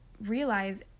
realize